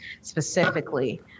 specifically